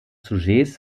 sujets